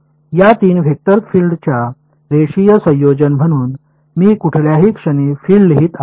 या 3 वेक्टर फील्डचा रेषीय संयोजन म्हणून मी कुठल्याही क्षणी फील्ड लिहित आहे